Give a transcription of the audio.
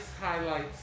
highlights